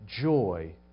joy